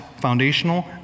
foundational